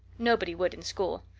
nobody would in school.